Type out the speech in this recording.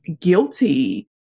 guilty